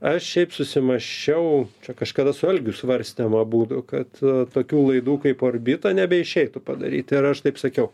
aš šiaip susimąsčiau kažkada su algiu svarstėm abudu kad tokių laidų kaip orbita nebeišeitų padaryt ir aš taip sakiau